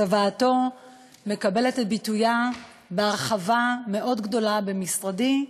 צוואתו מקבלת את ביטויה בהרחבה מאוד גדולה במשרדי.